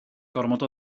gormod